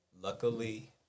Luckily